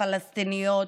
הפלסטיניות,